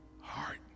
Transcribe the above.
heart